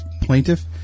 plaintiff